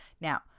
Now